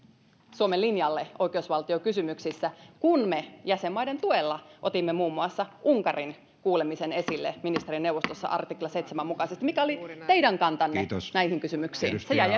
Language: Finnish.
suomen linjalle oikeusvaltiokysymyksissä kun me jäsenmaiden tuella otimme muun muassa unkarin kuulemisen esille ministerineuvostossa artikla seitsemän mukaisesti mikä oli teidän kantanne näihin kysymyksiin se jäi